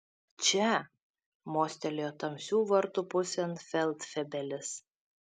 čia mostelėjo tamsių vartų pusėn feldfebelis